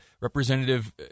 Representative